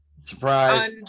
Surprise